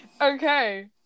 Okay